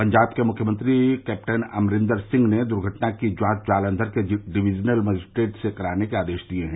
पंजाब के मुख्यमंत्री अमरिन्दर सिंह ने द्र्घटना की जांच जालधर के डिवीजनल मजिस्ट्रेट से कराने के आदेश दिये है